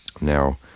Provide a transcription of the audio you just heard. Now